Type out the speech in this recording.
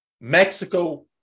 Mexico